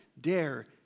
dare